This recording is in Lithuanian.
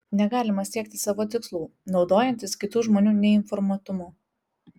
negalima siekti savo tikslų naudojantis kitų žmonių neinformuotumu